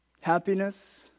happiness